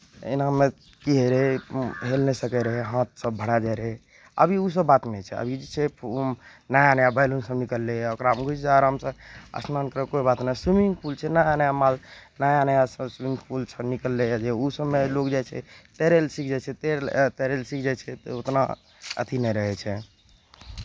एनामे की होइत रहै हेल नहि सकैत रहै हाथसभ भराए जाइत रहै अभी ओसभ बात नहि छै अभी जे छै नया नया बैलूनसभ निकललैए ओकरामे घुसि जाह आरामसँ स्नान करह कोइ बात नहि स्विमिंग पूल छै नया नया माल नया नया सभ स्विमिंग पूल छह निकललैए ओहि सभमे लोक जाइ छै तैरय लए सीख जाइ छै तैरय तैरय लेल सीख जाइ छै तऽ ओतना अथी नहि रहै छै